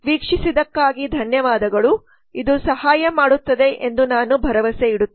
ವೀಕ್ಷಿಸಿದ್ದಕ್ಕಾಗಿ ಧನ್ಯವಾದಗಳು ಇದು ಸಹಾಯ ಮಾಡುತ್ತದೆ ಎಂದು ನಾನು ಭಾವಿಸುತ್ತೇನೆ